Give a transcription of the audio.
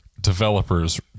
developers